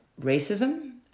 racism